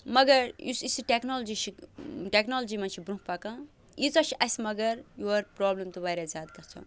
مگر یُس یُس یہِ ٹٮ۪کنالجی چھِ ٹٮ۪کنالجی منٛز چھِ برٛوںٛہہ پَکان ییٖژاہ چھِ اَسہِ مگر یورٕ پرٛابلِم تہِ واریاہ زیادٕ گژھان